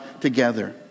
together